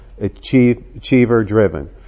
Achiever-driven